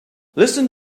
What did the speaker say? listen